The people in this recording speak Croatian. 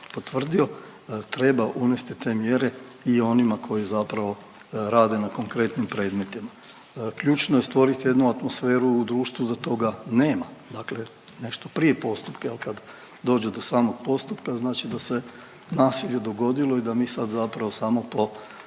potvrdio treba uvesti te mjere i onima koji zapravo rade na konkretnim predmetima. Ključno je stvorit jednu atmosferu u društvu da toga nema, dakle nešto prije postupka jel kad dođe do samog postupka znači da se nasilje dogodilo i da mi sad zapravo samo po,